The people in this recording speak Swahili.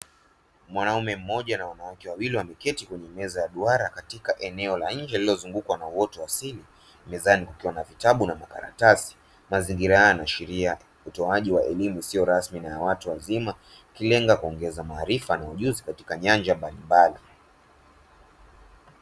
Mwanaume mmoja na wanawake wawili wameketi kwenye meza ya duara katika eneo la nje lililozungukwa na uoto wa asili, mezani kukiwa na vitabu na makaratasi mazingira haya yanaashiria utoaji wa elimu isio rasmi na ya watu wazima, ukilenga kuongeza maarifa na ujuzi katika nyanja mbalimbali.